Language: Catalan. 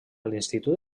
l’institut